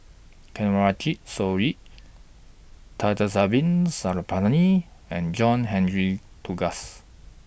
Kanwaljit Soin Thamizhavel Sarangapani and John Henry Duclos